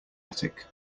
attic